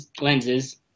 lenses